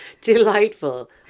Delightful